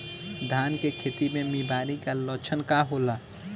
धान के खेती में बिमारी का लक्षण का होला?